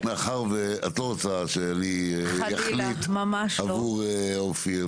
מאחר ואת לא רוצה שאני אחליט עבור אופיר,